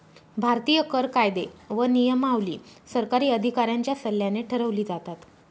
भारतीय कर कायदे व नियमावली सरकारी अधिकाऱ्यांच्या सल्ल्याने ठरवली जातात